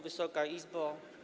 Wysoka Izbo!